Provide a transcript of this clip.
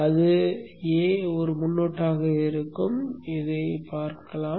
அதற்கு a முன்னொட்டாக இருக்கும் போது அதை இங்கே பார்க்கவும்